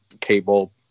cable